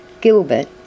Gilbert